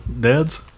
dads